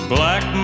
Black